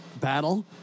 battle